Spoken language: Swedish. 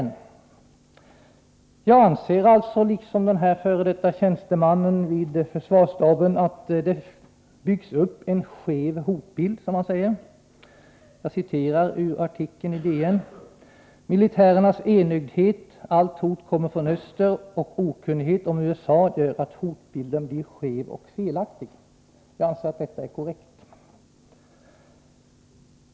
Jag anser alltså, liksom den f. d. tjänstemannen vid försvarsstaben, att det byggs upp en skev hotbild, som han säger. Jag citerar ur artikeln i DN: ”Militärernas enögdhet, allt hot kommer från öster, och okunnighet om USA gör att hotbilden blir skev och felaktig.” Jag anser att detta är korrekt.